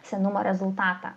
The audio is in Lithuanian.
senumo rezultatą